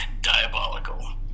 Diabolical